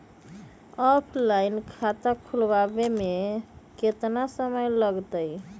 Offline खाता खुलबाबे में केतना समय लगतई?